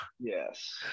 Yes